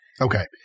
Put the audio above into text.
Okay